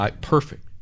perfect